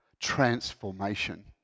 Transformation